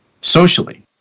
socially